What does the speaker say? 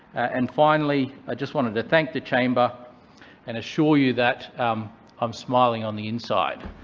and finally, i just wanted to thank the chamber and assure you that i'm smiling on the inside.